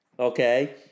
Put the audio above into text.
Okay